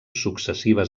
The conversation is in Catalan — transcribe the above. successives